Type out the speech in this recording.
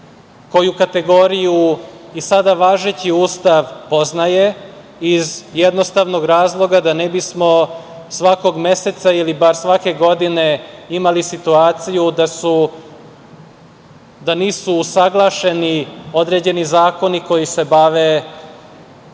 koju kategoriju i sada važeći Ustav poznaje, iz jednostavnog razloga da ne bismo svakog meseca, ili bar svake godine imali situaciju da nisu usaglašeni određeni zakoni koji se bave